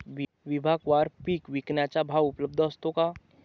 विभागवार पीक विकण्याचा भाव उपलब्ध असतो का?